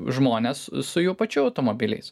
žmones su jų pačių automobiliais